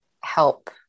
help